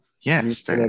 Yes